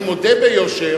אני מודה ביושר,